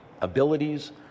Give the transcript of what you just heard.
abilities